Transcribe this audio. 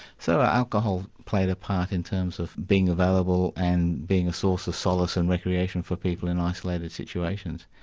so alcohol played a part in terms of being available and being a source of solace and recreation for people in isolated situations.